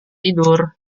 tidur